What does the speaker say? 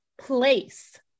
place